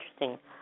interesting